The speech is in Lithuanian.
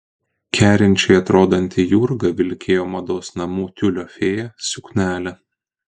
kerinčiai atrodanti jurga vilkėjo mados namų tiulio fėja suknelę